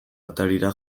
atarira